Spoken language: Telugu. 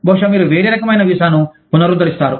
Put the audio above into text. బహుశా మీరు వేరే రకమైన వీసాను పునరుద్ధరిస్తారు